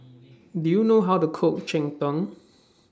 Do YOU know How to Cook Cheng Tng